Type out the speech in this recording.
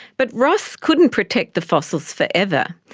but ross couldn't protect the fossils forever,